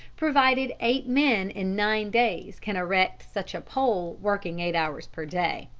provided eight men in nine days can erect such a pole working eight hours per day.